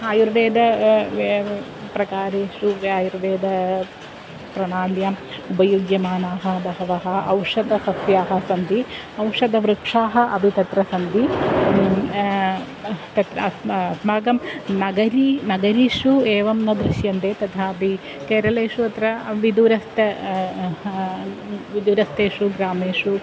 आयुर्वेद प्रकारेषु व्य आयुर्वेदप्रणाल्याम् उपयुज्यमानाः बहवः औषधसस्याः सन्ति औषधवृक्षाः अपि तत्र सन्ति ह तत् अस्मत् अस्माकं नगरी नगरीषु एवं न दृश्यन्ते तथापि केरलेषु अत्र विदुरस्ते अहं विदुरस्तेषु ग्रामेषु